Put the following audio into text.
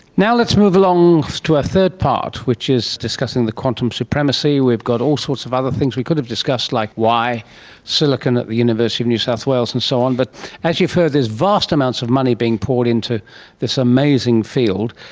now let's move along to our third part, which is discussing the quantum supremacy. we've got all sorts of other things we could have discussed, like why silicon at the university of new south wales and so on. but as you've heard, there's vast amounts of money being poured into this amazing field,